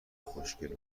خوشگل